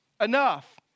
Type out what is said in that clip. enough